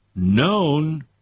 known